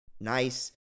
nice